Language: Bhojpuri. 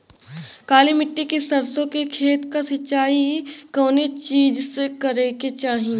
काली मिट्टी के सरसों के खेत क सिंचाई कवने चीज़से करेके चाही?